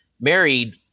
married